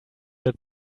that